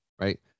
right